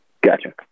Gotcha